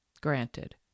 granted